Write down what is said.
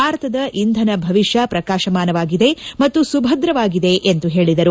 ಭಾರತದ ಇಂಧನ ಭವಿಷ್ಣ ಪ್ರಕಾಶಮಾನವಾಗಿದೆ ಮತ್ತು ಸುಭದ್ರವಾಗಿದೆ ಎಂದು ಹೇಳಿದರು